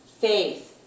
faith